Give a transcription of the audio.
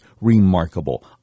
remarkable